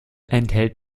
enthält